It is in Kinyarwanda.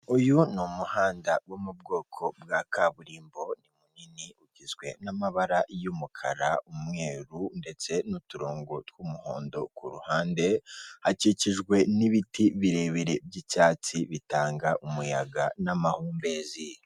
Uyu umuhanda wo mu bwoko bwa kaburimbo ni munini ugizwe n'amabara y'umukara, umweru ndetse n'uturongo tw'umuhondo ku ruhande, hakikijwe n'ibiti birebire by'icyatsi bitanga umuyaga n'amahumbezi.